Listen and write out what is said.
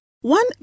One